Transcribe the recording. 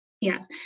Yes